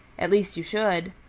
at least you should.